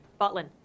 Butlin